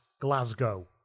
glasgow